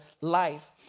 life